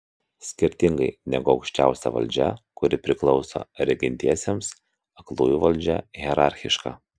skirtingai negu aukščiausia valdžia kuri priklauso regintiesiems aklųjų valdžia hierarchiška